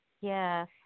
Yes